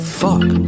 fuck